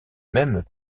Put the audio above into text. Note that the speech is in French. même